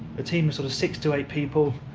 a team of sort of six to eight people,